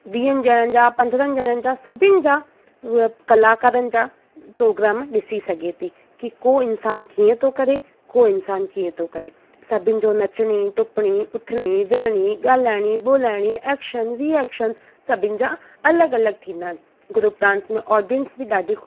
वीह ॼणनि जा पंद्रहनि ॼणनि जा सभीनि जा उहे कलाकारनि जा प्रोग्राम ॾिसी सघे थी की को इंसान कीअं थो करे को इंसान कीअं थो करे सभीनि जो नचिणी टुपिणी उथिणी विहणी ॻाल्हाइणी ॿोलाइणी एक्शन रीएक्शन सभीनि जा अलॻि अलॻि थींदा आहिनि ग्रूप डांस में ऑडीअंस बि ॾाढी